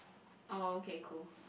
orh okay cool